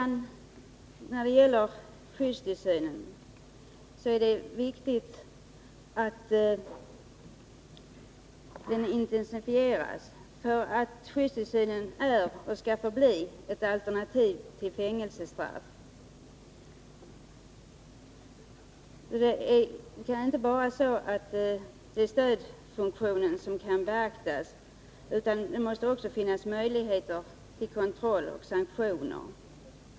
När det gäller skyddstillsynen vill jag framhålla att det är viktigt att denna intensifieras. Skyddstillsynen är, och skall förbli, ett alternativ till fängelsestraffet. Men det är inte bara stödfunktionen som skall beaktas. Det måste också finnas möjligheter till kontroll och sanktioner.